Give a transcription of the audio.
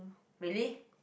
really